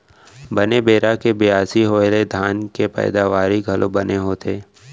बने बेरा के बियासी होय ले धान के पैदावारी घलौ बने होथे